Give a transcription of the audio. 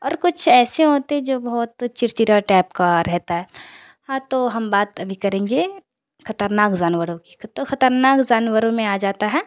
اور کچھ ایسے ہوتے ہیں جو بہت چڑچڑا ٹائپ کا رہتا ہے ہاں تو ہم بات ابھی کریں گے خطرناک جانوروں کی تو خطرناک جانوروں میں آ جاتا ہے